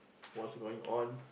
what's going on